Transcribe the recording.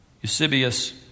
Eusebius